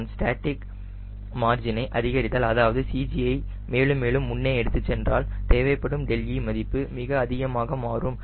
நான் ஸ்டேட்டிக் மார்ஜினை அதிகரித்தால் அதாவது CG ஐ மேலும் மேலும் முன்னே எடுத்துச் சென்றால் தேவைப்படும் δe மதிப்பு மிக அதிகமாக மாறும்